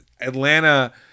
Atlanta